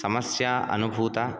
समस्या अनुभूता